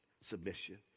Submission